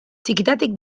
txikitatik